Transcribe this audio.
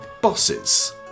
bosses